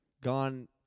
gone